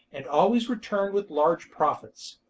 and always returned with large profits.